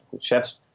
chefs